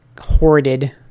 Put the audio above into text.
hoarded